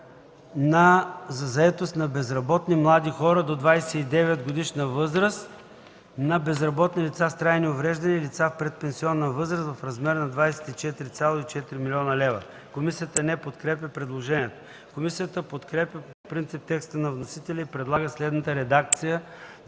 за заетост на безработни млади хора до 29-годишна възраст, на безработни лица с трайни увреждания и лица в предпенсионна възраст в размер на 24,4 млн. лв.” Комисията не подкрепя предложението. Комисията подкрепя по принцип текста на вносителя и предлага следната редакция на